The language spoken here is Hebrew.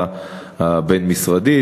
הוועדה הבין-משרדית,